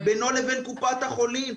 בינו לבין קופת החולים,